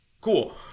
cool